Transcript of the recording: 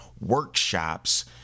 workshops